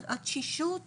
התשישות,